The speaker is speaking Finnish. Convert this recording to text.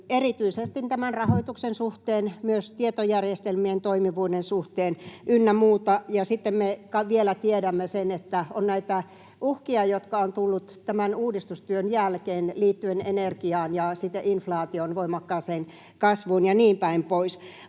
erityisesti rahoituksen suhteen, myös tietojärjestelmien toimivuuden suhteen ynnä muuta, ja sitten me vielä tiedämme sen, että on näitä uhkia, jotka ovat tulleet tämän uudistustyön jälkeen, liittyen energiaan ja inflaation voimakkaaseen kasvuun ja niin päin pois.